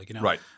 Right